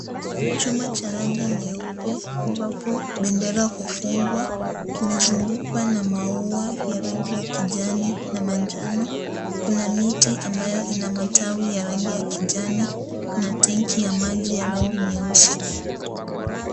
Chuma cha rangi nyeupe ambapo bendera hufungwa kimezungukwa na maua ya rangi ya kijani na manjano na miti ambayo ina matawi ya rangi ya kijani na tenki ya maji ya rangi nyeusi.